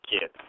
Kid